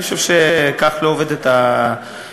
אני חושב שכך לא עובדת הדמוקרטיה.